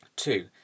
Two